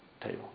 table